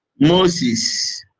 moses